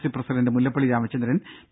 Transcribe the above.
C president Mullappally Ramachandran P